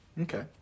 Okay